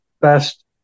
best